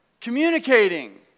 Communicating